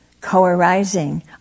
co-arising